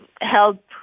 help